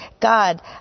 god